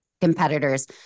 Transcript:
competitors